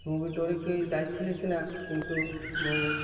ମୁଁ ବି ଡରିକି ଯାଇଥିଲି ସିନା କିନ୍ତୁ ମୁଁ